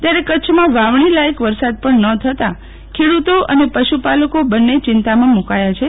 ત્યારે કચ્છમાં વાવણી લાયક વરસાદ પણ ન થતા ખેડૂતો અને પશુપાલકો બંને ચિંતામાં મુકાયા છે